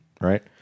right